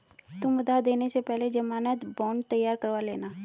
तुम उधार देने से पहले ज़मानत बॉन्ड तैयार करवा लेना